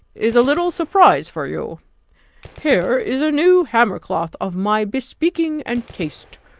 is a little surprise for you here is a new hammer-cloth, of my bespeaking and taste,